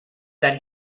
than